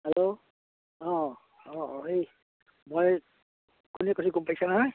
hello অঁ অঁ এই মই